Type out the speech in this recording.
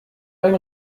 ein